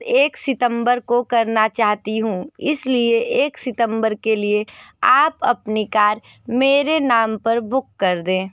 एक सितम्बर को करना चाहती हूँ इसलिए एक सितम्बर के लिए आप अपनी कार मेरे नाम पर बुक कर दें